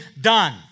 done